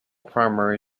primary